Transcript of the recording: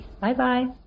Bye-bye